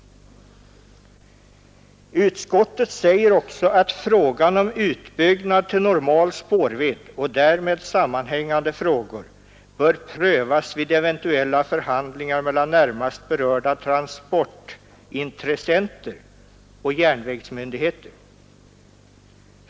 Utskottet säger också att frågan om utbyggnad till normal spårvidd och därmed sammanhängande frågor bör prövas vid eventuella förhandlingar mellan närmast berörda transportintressenter och järnvägsmyndigheter.